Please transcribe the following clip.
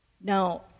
Now